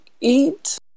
eat